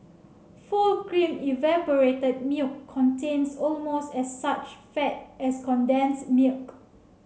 full cream evaporated milk contains almost as such fat as condensed milk